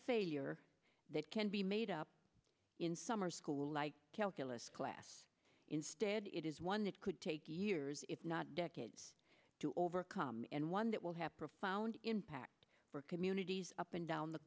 failure that can be made up in summer school like calculus class instead it is one that could take years if not decades to overcome and one that will have profound impact for communities up and down the